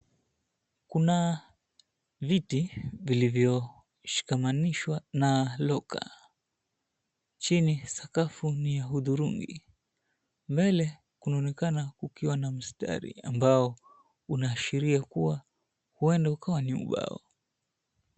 Kuna viti vilivyoshikamanishwa na locker . Chini, sakafu ni ya hudhurungi. Mbele kunaonekana kukiwa na mstari ambao unaashiria kuwa huenda ukawa ni ubao.